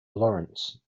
lawrence